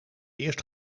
eerst